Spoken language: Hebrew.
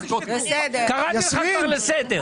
קראתי לך כבר לסדר.